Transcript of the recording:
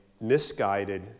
misguided